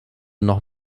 noch